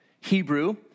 Hebrew